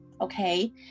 okay